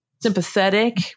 sympathetic